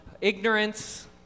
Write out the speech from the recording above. ignorance